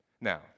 Now